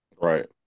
Right